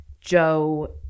Joe